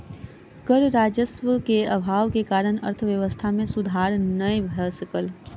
कर राजस्व के अभाव के कारण अर्थव्यवस्था मे सुधार नै भ सकल